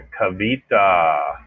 Kavita